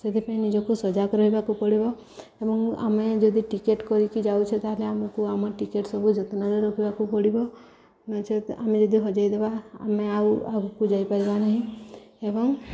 ସେଥିପାଇଁ ନିଜକୁ ସଜାଗ ରହିବାକୁ ପଡ଼ିବ ଏବଂ ଆମେ ଯଦି ଟିକେଟ୍ କରିକି ଯାଉଛେ ତା'ହେଲେ ଆମକୁ ଆମ ଟିକେଟ୍ ସବୁ ଯତ୍ନରେ ରଖିବାକୁ ପଡ଼ିବ ନଚେତ୍ ଆମେ ଯଦି ହଜେଇଦବା ଆମେ ଆଉ ଆଗକୁ ଯାଇପାରିବା ନାହିଁ ଏବଂ